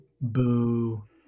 Boo